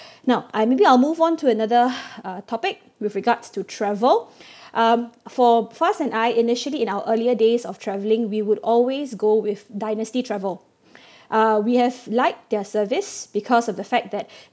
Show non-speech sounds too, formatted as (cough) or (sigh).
now I maybe I'll move on to another (breath) uh topic with regards to travel um for Faz and I initially in our earlier days of travelling we would always go with dynasty travel (breath) uh we have liked their service because of the fact that